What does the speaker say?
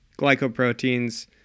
glycoproteins